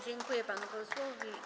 Dziękuję panu posłowi.